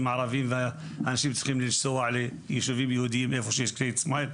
הערבים ואנשים צריכים לנסוע ליישובים יהודים איפה שיש כללית סמייל,